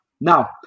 Now